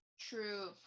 true